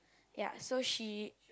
ya so she